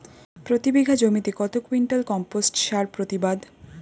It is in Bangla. প্রতি বিঘা জমিতে কত কুইন্টাল কম্পোস্ট সার প্রতিবাদ?